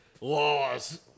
laws